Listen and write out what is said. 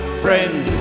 friend